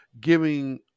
giving